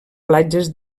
platges